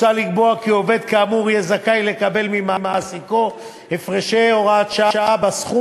מוצע לקבוע כי עובד כאמור יהיה זכאי לקבל ממעסיקו הפרשי הוראת שעה בסכום